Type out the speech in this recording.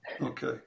Okay